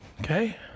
Okay